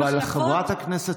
אבל חברת הכנסת